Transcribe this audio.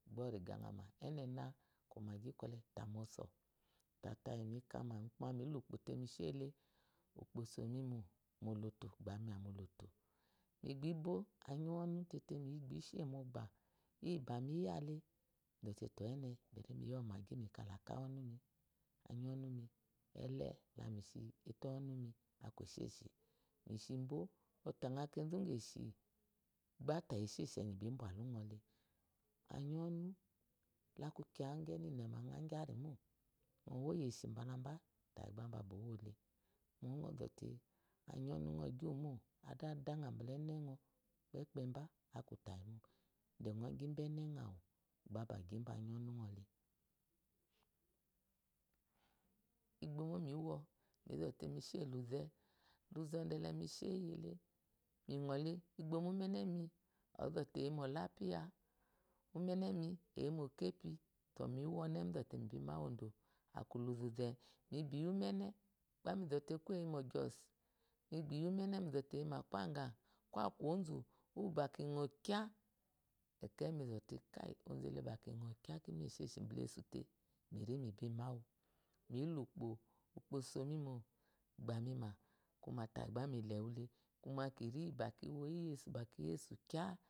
Bá riga ŋmá, ene na kwəma gikwɔle taḿɔsó tatayi mi kámámile ukpó temi she le ukpó so mi mó lo to gbá mi má mó lo to zgbá igbo anyi úwúɔnú teté mibi she mú ɔgba iyi ba mi yele mi zo te ene beri za mi ya əmagi lámi kala aka wonú mi anyi úwú ɔnú mi ele la mi shi anyi úwú ate wu nu mi akú esheshi. mi shibo ɔtaɔa kezu aye shi gba tayi eshishi eyibaeshewshi eyi ba bibwa lunɔ le aniyi uwú ɔnú lá kwaŋakiye ingyi ene iyi inema ingyi aroimo ŋɔ woiye shi ba bi bwalums le anyi uwú ɔnu lá ku kiya igyí ene iyi ime ma iqyi arimo ŋɔ wo inyi eshi bwa la bé tayi bá umbá bá ówole úŋɔ ŋɔ zote anyi úwú onu egyinɔ mo adá dajé bala eneŋɔ pépéba akú tayimo dá nɔ gibene nɔ anú tayibá ba giya anyi úwú ŋnu role. iqbomo miwo mi zote mi she muluze lúze dohé mu shehe myi role iqbomo umerenemi ozete eyimu ɔlahiya umenemi eyi mu okefyi keyi ɔne mi zote mibi máwu odó aku luzé zé dólé mibi iyi ume bi emmene ebe yi má pá gah ko aku ozó úwú bá kiɔ kia akai mi zote kai ozele ba kinɔŋo kaá kima. esheshi. baná esu tale mibi náú mile úkpó ukpó somimo bami ma kuma táyi bá milewúle kuma iyi bá ki yó ba ki yi esú jaá.